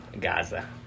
gaza